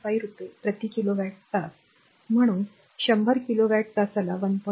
5 रुपये प्रति किलोवॅट तास म्हणून 100 किलोवॅट तासाला 1